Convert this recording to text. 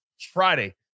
Friday